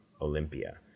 Olympia